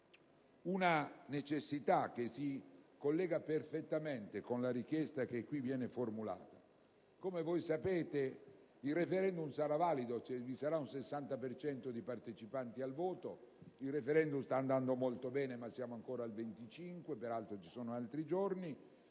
una necessità che si collega perfettamente alla richiesta che qui viene formulata. Come voi sapete, il *referendum* sarà valido se ci sarà un 60 per cento di partecipanti al voto. Il *referendum* sta andando molto bene, ma siamo ancora al 25 per cento, anche se ci